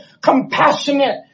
compassionate